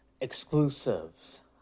exclusives